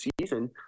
season